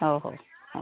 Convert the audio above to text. ହଉ ହଉ ହଉ